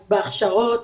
בהכשרות,